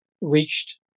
reached